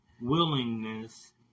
willingness